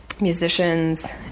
musicians